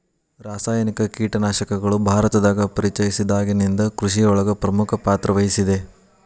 ರಾಸಾಯನಿಕ ಕೇಟನಾಶಕಗಳು ಭಾರತದಾಗ ಪರಿಚಯಸಿದಾಗನಿಂದ್ ಕೃಷಿಯೊಳಗ್ ಪ್ರಮುಖ ಪಾತ್ರವಹಿಸಿದೆ